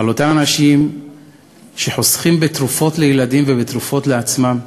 על אותם אנשים שחוסכים בתרופות לילדים ובתרופות לעצמם,